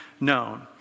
known